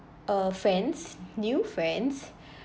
err friends new friends